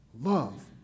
love